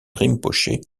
rinpoché